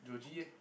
Jogy eh